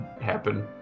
happen